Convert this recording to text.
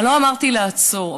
אני לא אמרתי לעצור,